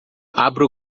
abra